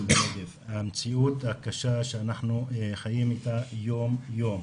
בנגב המציאות הקשה שאנחנו חיים איתה יום-יום.